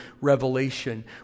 Revelation